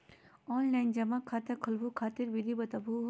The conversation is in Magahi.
ऑनलाइन जमा खाता खोलहु खातिर विधि बताहु हो?